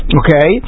okay